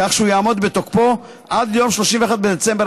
כך שהוא יעמוד בתוקפו עד ליום 31 בדצמבר